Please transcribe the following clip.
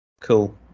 Cool